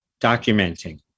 documenting